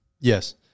Yes